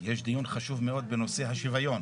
יש דיון חשוב מאוד בנושא השוויון.